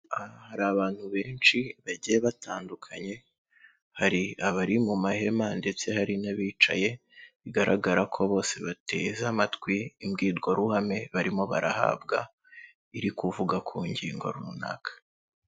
Hari abantu benshi bagiye batandukanye, hari abari mu mahema ndetse hari n'abicaye, bigaragara ko bose bateze amatwi imbwirwaruhame, barimo barahabwa iri kuvuga ku ngingo runaka.